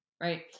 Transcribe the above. Right